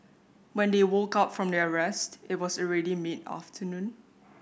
when they woke up from their rest it was already mid afternoon